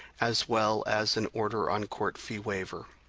as well as an order on court fee waiver.